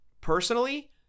Personally